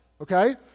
okay